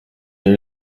new